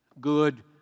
good